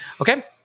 Okay